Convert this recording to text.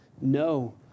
no